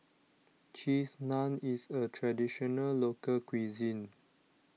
Cheese Naan is a Traditional Local Cuisine